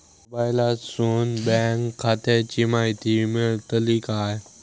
मोबाईलातसून बँक खात्याची माहिती मेळतली काय?